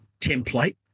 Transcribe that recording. template